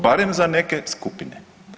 Barem za neke skupine.